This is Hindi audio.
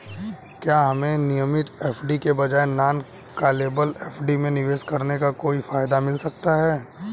क्या हमें नियमित एफ.डी के बजाय नॉन कॉलेबल एफ.डी में निवेश करने का कोई फायदा मिलता है?